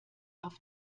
auf